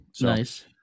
Nice